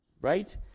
right